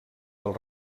del